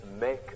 make